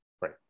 right